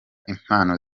impano